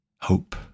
hope